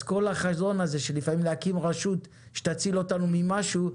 אז כל החזון הזה של לפעמים להקים רשות שתציל אותנו ממשהו,